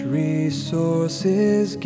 resources